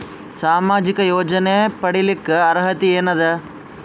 ಸಾಮಾಜಿಕ ಯೋಜನೆ ಪಡಿಲಿಕ್ಕ ಅರ್ಹತಿ ಎನದ?